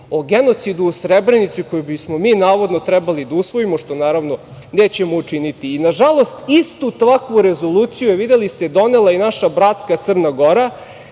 o genocidu u Srebrenici koju bismo mi, navodno, trebali da usvojimo, što naravno nećemo učiniti. Nažalost, istu takvu rezoluciju je, videli ste, donela i naša bratska Crna Gora.